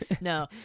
No